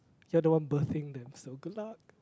you are the one birthing them so good luck